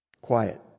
quiet